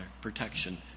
protection